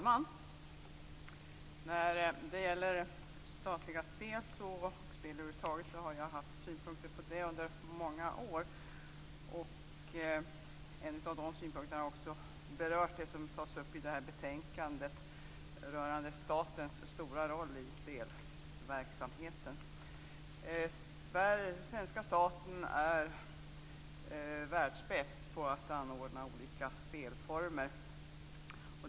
Fru talman! Statliga spel och spel över huvud taget är något jag har haft synpunkter på under många år. En av de synpunkterna har också berört det som tas upp i det här betänkandet, nämligen statens stora roll i spelverksamheten. Svenska staten är världsbäst på att anordna olika spelformer.